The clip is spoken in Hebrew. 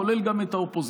כולל את האופוזיציה.